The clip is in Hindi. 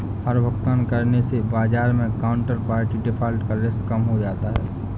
हर भुगतान करने से बाजार मै काउन्टरपार्टी डिफ़ॉल्ट का रिस्क कम हो जाता है